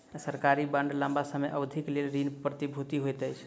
सरकारी बांड लम्बा समय अवधिक लेल ऋण प्रतिभूति होइत अछि